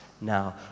now